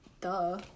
duh